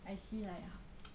I see like